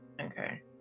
Okay